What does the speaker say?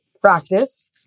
practice